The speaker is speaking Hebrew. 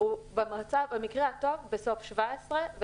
הוא במקרה הטוב בסוף 2017,